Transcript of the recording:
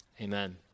Amen